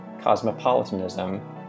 cosmopolitanism